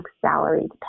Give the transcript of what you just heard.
salary